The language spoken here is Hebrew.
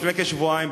לפני כשבועיים,